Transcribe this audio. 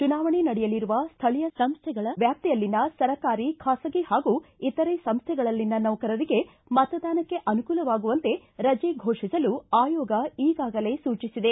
ಚುನಾವಣೆ ನಡೆಯಲಿರುವ ಸ್ಥಳೀಯ ಸಂಸ್ಥೆಗಳ ವ್ಯಾಪ್ತಿಯಲ್ಲಿನ ಸರ್ಕಾರಿ ಬಾಸಗಿ ಹಾಗೂ ಇತರ ಸಂಸ್ಟೆಗಳಲ್ಲಿನ ನೌಕರರಿಗೆ ಮತದಾನಕ್ಕೆ ಅನುಕೂಲವಾಗುವಂತೆ ರಜೆ ಘೋಷಿಸಲು ಆಯೋಗ ಈಗಾಗಲೇ ಸೂಚಿಸಿದೆ